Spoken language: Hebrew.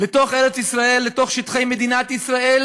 לתוך ארץ-ישראל, לתוך שטחי מדינת ישראל,